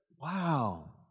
wow